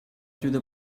through